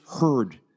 heard